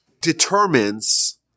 determines